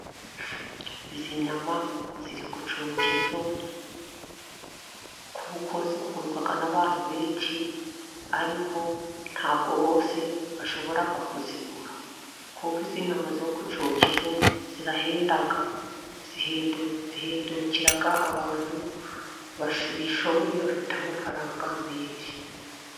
Izi nyama ziri ku cyokezo kuko zikundwa n'abantu benshi, ariko ntabwo bose bashobora kuzigura, kuko izi nyama zo ku cyokezo zirahenda cyane zihendukira abantu bishoboye bafite amafaranga menshi.